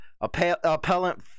appellant